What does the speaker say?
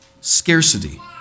scarcity